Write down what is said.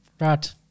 Right